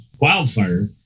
wildfire